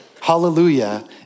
Hallelujah